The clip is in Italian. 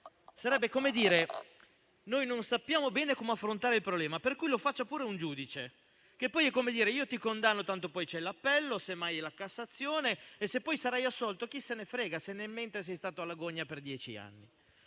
Sarebbe come dire che non sappiamo bene come affrontare il problema, per cui lo faccia pure un giudice. Che poi è come dire che ti condanno, tanto poi c'è l'appello; semmai, poi c'è la Cassazione e, se poi sarai assolto, chi se ne frega se nel mentre sei stato alla gogna per dieci anni.